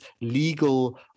legal